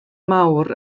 mawr